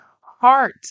heart